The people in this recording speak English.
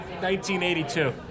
1982